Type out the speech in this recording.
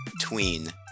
tween